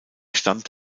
stammt